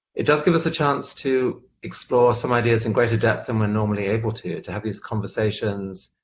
it does give us a chance to explore some ideas in greater depth than we're normally able to, to have these conversations.